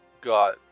got